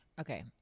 Okay